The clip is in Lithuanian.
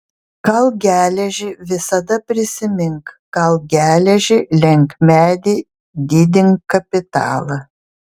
kalk geležį visada prisimink kalk geležį lenk medį didink kapitalą